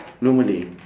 no malay